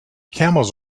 camels